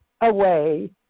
away